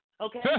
okay